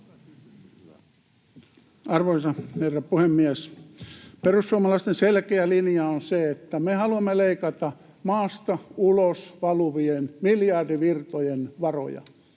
Arvoisa herra puhemies! Perussuomalaisten selkeä linja on se, että me haluamme leikata maasta ulos valuvien miljardivirtojen varoja